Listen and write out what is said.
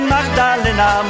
Magdalena